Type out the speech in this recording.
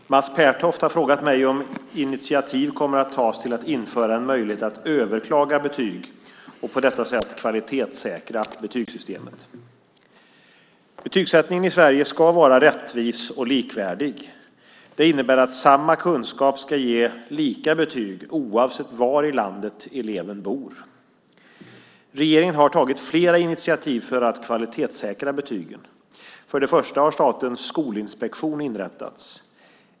Herr talman! Mats Pertoft har frågat mig om initiativ kommer att tas till att införa en möjlighet att överklaga betyg och på detta sätt kvalitetssäkra betygssystemet. Betygssättningen i Sverige ska vara rättvis och likvärdig. Det innebär att samma kunskap ska ge lika betyg, oavsett var i landet eleven bor. Regeringen har tagit flera initiativ för att kvalitetssäkra betygen. För det första har Statens skolinspektion inrättats.